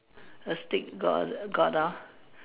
A stick got got hor